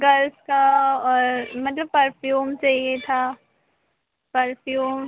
girls का और मतलब परफ़्यूम चाहिए था परफ़्यूम